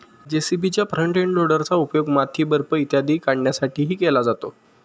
जे.सी.बीच्या front end लोडरचा उपयोग माती, बर्फ इत्यादी काढण्यासाठीही केला जातो